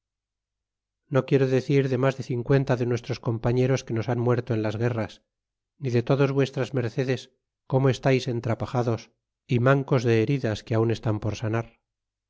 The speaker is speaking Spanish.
no quiero decir de mas de cincuenta de nuestros compañeros que nos han muerto en las guerras ni de todos vuestras mercedes como estais entrapajados y mancos de heridas que aun estan por sanar